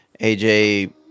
AJ